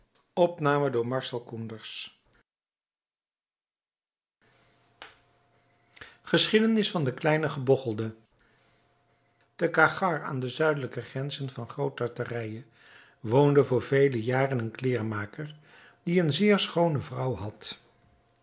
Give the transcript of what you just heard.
geschiedenis van den kleinen gebogchelde te cachgar aan de zuidelijke grenzen van groot tartarije woonde voor vele jaren een kleêrmaker die eene zeer schoone vrouw had